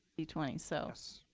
d twenty. so yes.